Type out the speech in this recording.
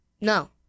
No